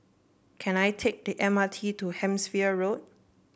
can I take the M R T to Hampshire Road